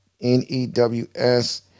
n-e-w-s